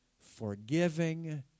forgiving